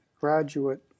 graduate